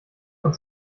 von